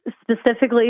specifically